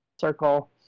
circle